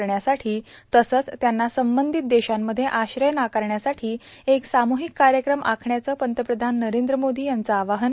करण्यासाठी तसंच त्यांना संबंधित देशांमध्ये आश्रय नाकारण्यासाठी एक साम्हीक कार्यक्रम आखण्याचं पंतप्रधान नरेंद्र मोदी याचं आवाहन